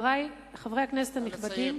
נא לסיים.